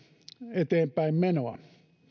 eteenpäinmenoa